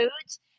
foods